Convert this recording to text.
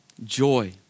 Joy